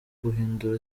guhindura